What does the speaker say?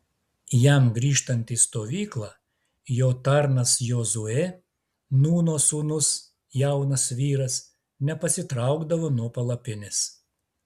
jam grįžtant į stovyklą jo tarnas jozuė nūno sūnus jaunas vyras nepasitraukdavo nuo palapinės